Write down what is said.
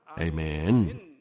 Amen